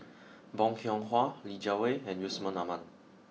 Bong Hiong Hwa Li Jiawei and Yusman Aman